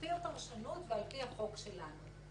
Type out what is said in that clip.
לפי הפרשנות ועל פי החוק שלנו,